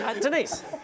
Denise